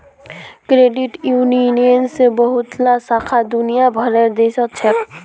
credit यूनियनेर बहुतला शाखा दुनिया भरेर देशत छेक